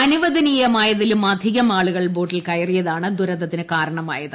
അനുവദനീയമായതിലും അധികം ആളുകൾ ബോട്ടിൽ കയറിയതാണ് ദുരന്തത്തിന് കാരണമായത്